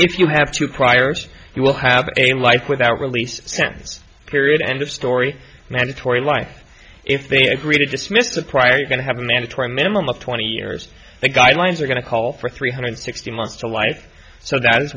if you have to acquire you will have a life without release sense period end of story mandatory life if they agree to dismiss the prior you're going to have a mandatory minimum of twenty years the guidelines are going to call for three hundred sixty months to life so that